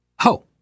Ho